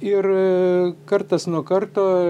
ir kartas nuo karto